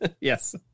Yes